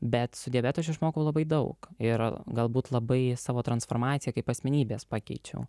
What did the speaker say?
bet su debetu aš išmokau labai daug ir galbūt labai savo transformaciją kaip asmenybės pakeičiau